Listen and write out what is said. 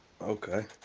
okay